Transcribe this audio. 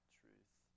truth